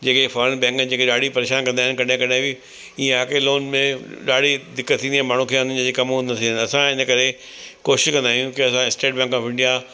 जेके foreign bank इन जेके ॾाढी परेशान कंदा इन कॾहिं कॾहिं बि ईअं आहे की लोन में ॾाढी दिक़त थींदी आहे माण्हू खे हंधि जे कम हूंदा थींदा असां हिन करे कोशिशि कंदा आहियूं की असां स्टेट बैंक ऑफ इंडिया